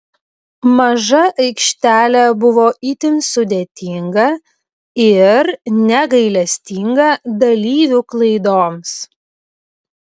maža aikštelė buvo itin sudėtinga ir negailestinga dalyvių klaidoms